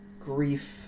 Grief